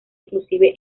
inclusive